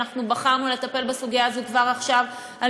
ואנחנו בחרנו לטפל בסוגיה הזאת כבר עכשיו על